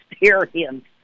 experience